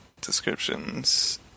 descriptions